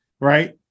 right